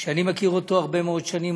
שאני מכיר אותו הרבה מאוד שנים,